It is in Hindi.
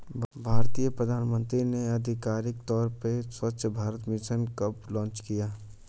भारतीय प्रधानमंत्री ने आधिकारिक तौर पर स्वच्छ भारत मिशन कब लॉन्च किया?